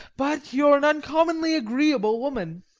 but you're an uncommonly agreeable woman.